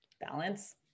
balance